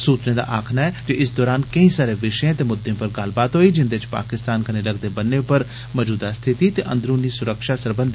सूत्रे दा आक्खना ऐ जे इस दरान केई सारे विषयें ते मुद्दें पर गल्लबात होई जिन्दे च पाकिस्तान कन्नै लगदे बन्ने पर मजूदा स्थिति ते अंदरुनी सुरक्षा विषय बी शामल हे